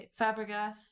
fabregas